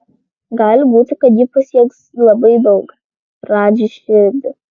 gali būti kad ji pasieks labai daug radži širdį